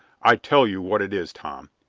i tell you what it is, tom,